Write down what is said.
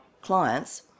clients